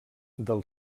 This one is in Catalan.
del